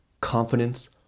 confidence